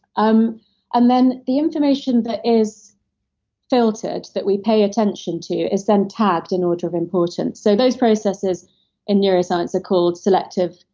um and then the information that is filtered that we pay attention to is then tagged in order of importance. so those processes in neuroscience is called selective,